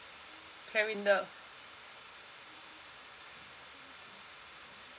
C L A R I N D A